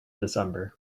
december